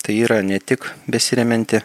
tai yra ne tik besiremianti